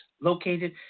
Located